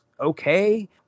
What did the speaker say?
okay